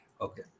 Okay